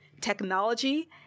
Technology